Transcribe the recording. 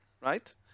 right